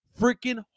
freaking